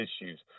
issues